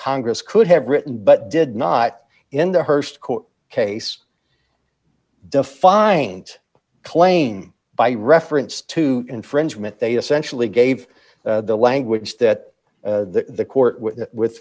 congress could have written but did not in the hearst court case defined claim by reference to infringement they essentially gave the language that the court with with